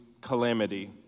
calamity